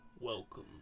Welcome